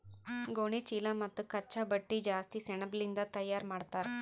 ಗೋಣಿಚೀಲಾ ಮತ್ತ್ ಕಚ್ಚಾ ಬಟ್ಟಿ ಜಾಸ್ತಿ ಸೆಣಬಲಿಂದ್ ತಯಾರ್ ಮಾಡ್ತರ್